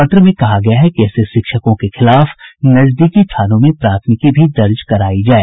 पत्र में कहा गया है कि ऐसे शिक्षकों के खिलाफ नजदीकी थानों में प्राथमिकी भी दर्ज करायी जाए